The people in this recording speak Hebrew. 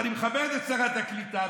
ואני מכבד את שרת הקליטה,